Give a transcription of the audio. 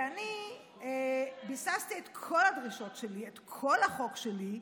ואני ביססתי את כל הדרישות שלי, את כל החוק שלי,